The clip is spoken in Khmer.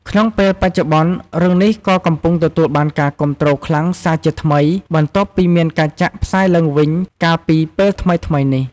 ក្នុងពេលបច្ចុប្បន្ន រឿងនេះក៏កំពុងទទួលបានការគាំទ្រខ្លាំងសារជាថ្មី បន្ទាប់ពីមានការចាក់ផ្សាយឡើងវិញ កាលពីពេលថ្មីៗនេះ។